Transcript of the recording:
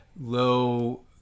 low